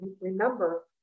Remember